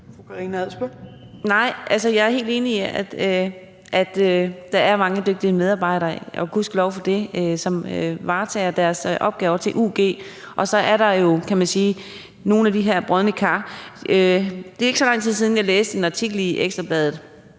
Karina Adsbøl (DF): Jeg er helt enig i, at der er mange dygtige medarbejdere – gudskelov for det – som varetager deres opgaver til ug, og så er der jo nogle af de her brodne kar. Det er ikke så lang tid siden, jeg læste en artikel i Ekstra Bladet,